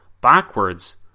backwards